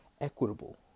equitable